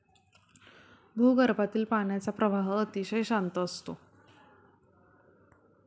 भूगर्भातील पाण्याचा प्रवाह अतिशय शांत असतो